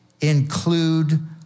include